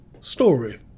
Story